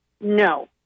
No